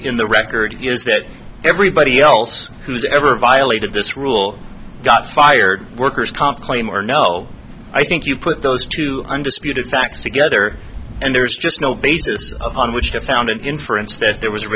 in the record is better everybody else who's ever violated this rule got fired workers comp claim or no i think you put those two undisputed facts together and there's just no basis on which to found an inference that there was